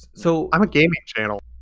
so i'm a gaming channel.